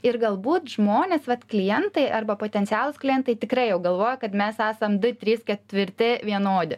ir galbūt žmonės vat klientai arba potencialūs klientai tikrai jau galvoja kad mes esam du trys ketvirti vienodi